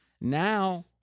Now